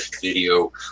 video